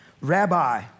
Rabbi